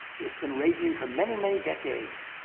it's been raging for many, many decades,